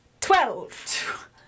Twelve